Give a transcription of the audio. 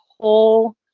whole